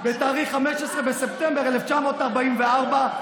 ב-15 בספטמבר 1944,